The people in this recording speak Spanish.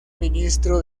ministro